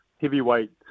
heavyweight